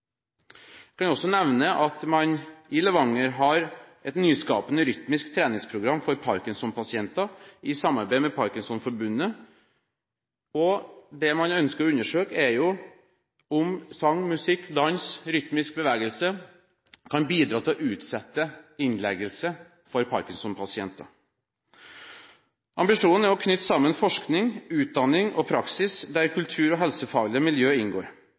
kan også nevne at man i Levanger, i samarbeid med Norges Parkinsonforbund, har et nyskapende rytmisk treningsprogram for Parkinson-pasienter. Det man ønsker å undersøke, er om sang, musikk, dans og rytmisk bevegelse kan bidra til å utsette innleggelse for Parkinson-pasienter. Ambisjonen er å knytte sammen forskning, utdanning og praksis, der kultur- og helsefaglig miljø inngår.